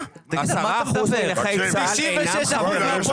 10 אחוזים מנכי צה"ל אינם חברים בארגון.